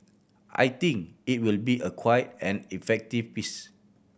I think it will be a quite an effective piece